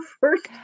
first